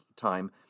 time